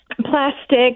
plastic